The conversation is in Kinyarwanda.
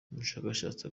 umushakashatsi